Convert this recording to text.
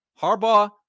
Harbaugh